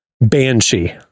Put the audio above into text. Banshee